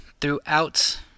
Throughout